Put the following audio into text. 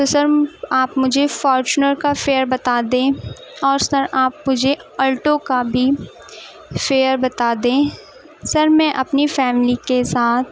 تو سر آپ مجھے فورچنر کا فیئر بتا دیں اور سر آپ مجھے الٹو کا بھی فیئر بتا دیں سر میں اپنی فیملی کے ساتھ